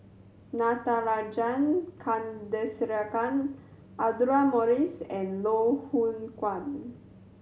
Natarajan Chandrasekaran Audra Morrice and Loh Hoong Kwan